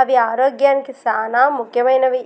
అవి ఆరోగ్యానికి సానా ముఖ్యమైనవి